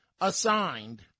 assigned